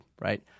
right